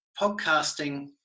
podcasting